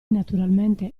naturalmente